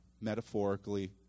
metaphorically